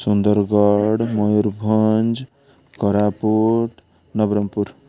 Sundargarh Mayurbhanj Koraput Nabarangpur